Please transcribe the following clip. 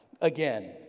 again